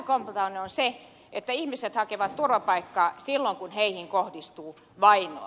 lähtökohta on se että ihmiset hakevat turvapaikkaa silloin kun heihin kohdistuu vainoa